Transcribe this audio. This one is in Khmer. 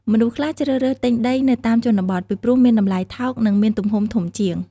មនុស្សខ្លះជ្រើសរើសទិញដីនៅតាមជនបទ ពីព្រោះមានតម្លៃថោក និងមានទំហំធំជាង។